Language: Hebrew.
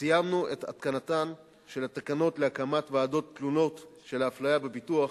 סיימנו את התקנתן של התקנות להקמת ועדת תלונות על אפליה בביטוח,